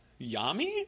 yami